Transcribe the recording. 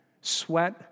sweat